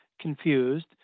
confused